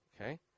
okay